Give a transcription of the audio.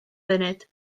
funud